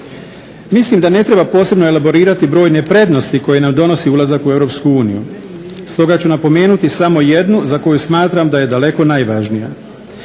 Mislim da ne treba posebno elaborirati brojne prednosti koje nam donosi ulazak u EU. Stoga ću napomenuti samo jednu za koju smatram da je daleko najvažnija.